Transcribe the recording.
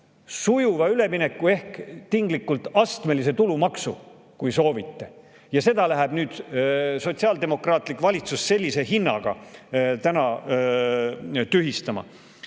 sujuva ülemineku ehk tinglikult astmelise tulumaksu, kui soovite. Ja seda läheb nüüd sotsiaaldemokraatlik valitsus sellise hinnaga täna tühistama.